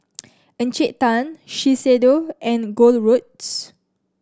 Encik Tan Shiseido and Gold Roast